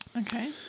Okay